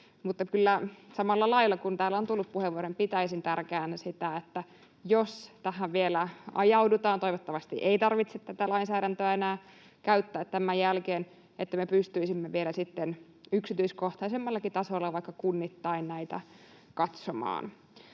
samalla lailla kuin täällä on tullut puheenvuoroja pitäisin tärkeänä sitä, että jos tähän vielä ajaudutaan — toivottavasti ei tarvitse tätä lainsäädäntöä enää käyttää tämän jälkeen — me pystyisimme vielä sitten yksityiskohtaisemmallakin tasolla vaikka kunnittain näitä katsomaan,